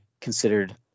considered